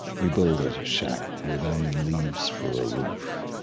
we build a shack with only leaves for a roof,